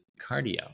cardio